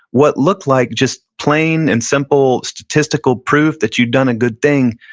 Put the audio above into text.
what looked like just plain and simple statistical proof that you'd done a good thing,